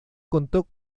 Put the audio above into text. contó